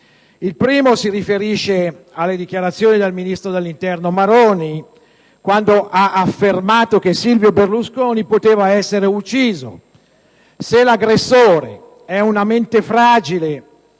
Il primo si riferisce alle dichiarazioni del ministro dell'interno Maroni, allorquando egli ha affermato che Silvio Berlusconi poteva essere ucciso. Se è vero che l'aggressore è una mente fragile,